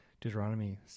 Deuteronomy